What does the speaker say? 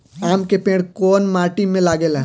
आम के पेड़ कोउन माटी में लागे ला?